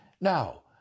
Now